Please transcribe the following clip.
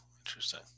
interesting